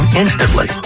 instantly